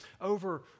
over